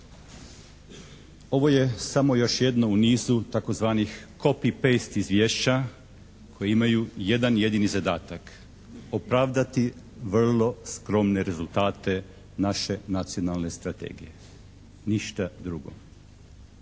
Ovo je samo još jedno u nizu tzv. copy paste izvješća koji imaju jedan jedini zadatak opravdati vrlo skromne rezultate naše nacionalne strategije, ništa drugo.